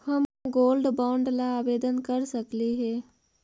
हम gold bond ला आवेदन कर सकली हे?